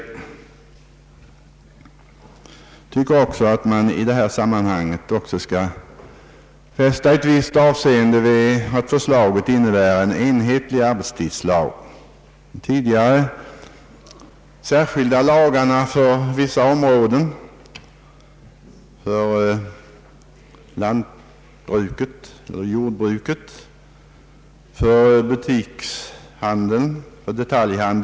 Jag anser också att man i detta sammanhang bör fästa ett visst avseende vid att förslaget innebär en enhetlig arbetstidslag. Tidigare fanns särskilda lagar för vissa områden — för jordbruket, för detaljhandeln och för hotell Ang.